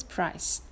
Price